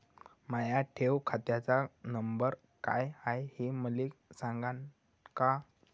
माया ठेव खात्याचा नंबर काय हाय हे मले सांगान का?